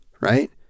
right